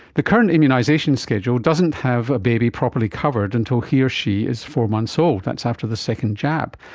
the current immunisation schedule doesn't have a baby properly covered until he or she is four months old, that's after the second jab.